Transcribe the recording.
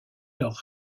leur